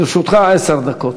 לרשותך עשר דקות.